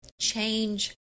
change